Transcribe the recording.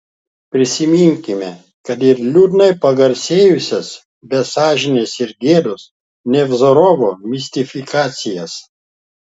prisiminkime kad ir liūdnai pagarsėjusias be sąžinės ir gėdos nevzorovo mistifikacijas